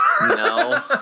No